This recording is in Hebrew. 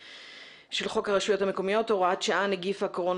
חוק הרשויות המקומיות (הוראת שעה נגיף הקורונה